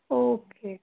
okay